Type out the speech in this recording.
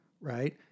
right